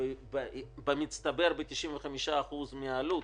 במצטבר ב-95% מהעלות,